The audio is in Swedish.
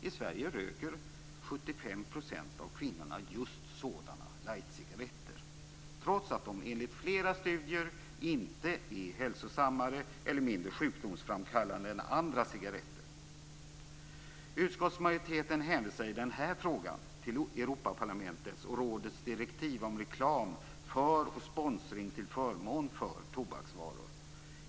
I Sverige röker 75 % av kvinnorna just sådana light-cigaretter, trots att de enligt flera studier inte är hälsosammare eller mindre sjukdomsframkallande än andra cigaretter. Utskottsmajoriteten hänvisar i den frågan till Europaparlamentets och rådets direktiv om reklam för och sponsring till förmån för tobaksvaror.